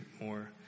more